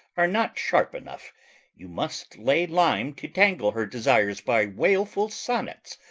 are not sharp enough you must lay lime to tangle her desires by wailful sonnets,